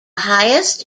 highest